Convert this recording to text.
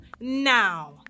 now